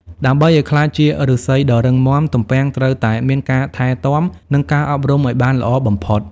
ដើម្បីឱ្យក្លាយជាឫស្សីដ៏រឹងមាំ ទំពាំងត្រូវតែមានការថែទាំ និងការអប់រំឱ្យបានល្អបំផុត។